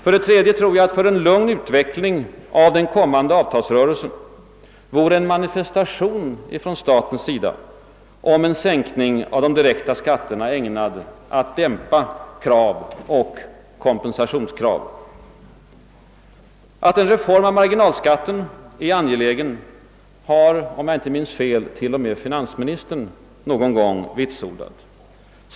För det tredje tror jag att för en lugn utveckling av den kommande avtalsrörelsen vore en manifestation från statens sida om en sänkning av de direkta skatterna ägnad att dämpa krav och kompensationskrav. T. o. m. finansministern har, om jag inte minns fel, någon gång vitsordat att en reform av marginalskatten är angelägen.